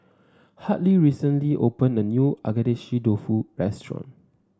Hartley recently opened a new Agedashi Dofu restaurant